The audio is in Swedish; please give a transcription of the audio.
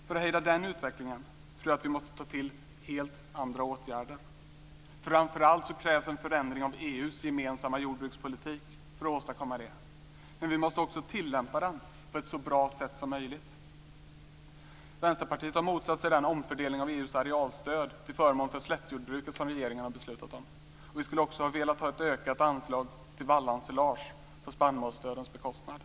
För att hejda den utvecklingen tror jag att vi måste ta till helt andra åtgärder. Framför allt krävs det en förändring av EU:s gemensamma jordbrukspolitik för att man ska åstadkomma det. Men vi måste också tillämpa den på ett så bra sätt som möjligt. Vänsterpartiet har motsatt sig den omfördelning av EU:s arealstöd till förmån för slättjordbruket som regeringen har beslutat om. Vi skulle ha velat ha ett ökat anslag till vallensilage på spannmålsstödens bekostnad.